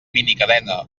minicadena